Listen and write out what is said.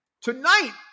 tonight